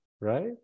right